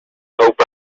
hope